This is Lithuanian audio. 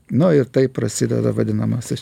nu ir taip prasideda vadinamasis